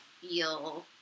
feel